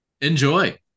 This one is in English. Enjoy